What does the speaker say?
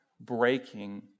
breaking